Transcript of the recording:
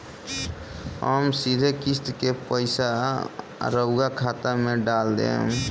हम सीधे किस्त के पइसा राउर खाता में डाल देम?